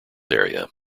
area